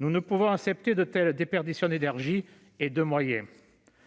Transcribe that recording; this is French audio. Nous ne pouvons accepter de telles déperditions d'énergie et de moyens.